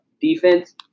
defense